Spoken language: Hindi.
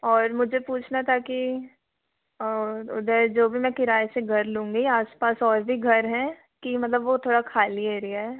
और मुझे पूछना था कि और उधर जो भी मैं किराए से घर लूँगी आस पास और भी घर हैं कि मतलब वह थोड़ा खाली एरिया है